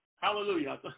Hallelujah